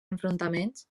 enfrontaments